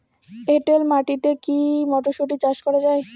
এটেল মাটিতে কী মটরশুটি চাষ করা য়ায়?